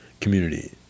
community